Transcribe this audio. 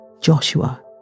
Joshua